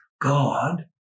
God